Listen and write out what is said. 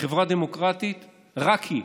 בחברה דמוקרטית רק היא,